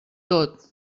tot